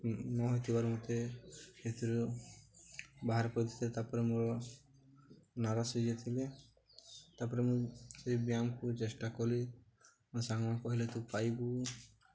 ନ ହେଇଥିବାରୁ ମୋତେ ସେଥିରୁ ବାହାର ପରିସ୍ଥିତି ତା'ପରେ ମୋର ନାରାସ ହେଇଯାଇଥିଲେ ତା'ପରେ ମୁଁ ସେଇ ବ୍ୟାୟାମକୁ ଚେଷ୍ଟା କଲି ମୋ ସାଙ୍ଗମାନେ କହିଲେ ତୁ ପାଇବୁ